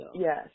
Yes